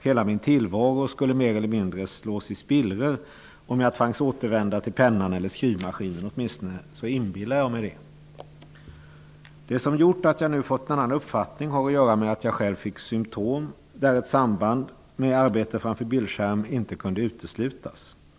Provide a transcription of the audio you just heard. Hela min tillvaro skulle mer eller mindre slås i spillror om jag tvangs återvända till pennan eller skrivmaskinen. Åtminstone inbillade jag mig det. Det som gjort att jag nu har fått en annan uppfattning har att göra med att jag själv fick symtom där ett samband med arbete framför bildskärm inte kunde uteslutas.